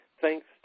Thanks